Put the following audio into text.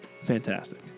fantastic